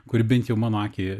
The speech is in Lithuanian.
kuri bent jau man akį